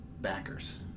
backers